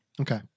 Okay